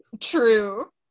True